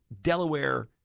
Delaware